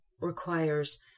requires